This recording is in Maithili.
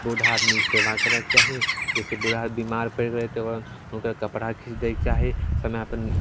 बूढ़ा आदमीके सेवा करैके चाही जइसे बूढ़ा आदमी बेमार पड़ि गेलै तऽ ओकर कपड़ा खीचि दैके चाही समयपर